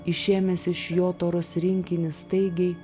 išėmęs iš jo toros rinkinį staigiai